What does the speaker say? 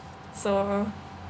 so